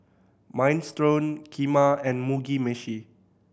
Minestrone Kheema and Mugi Meshi